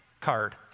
card